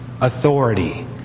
authority